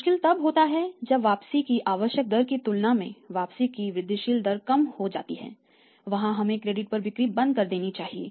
मुश्किल तब होता है जब वापसी की आवश्यक दर की तुलना में वापसी की वृद्धिशील दर कम होती जाती है वहां हमें क्रेडिट पर बिक्री बंद कर देनी चाहिए